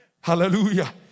Hallelujah